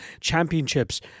championships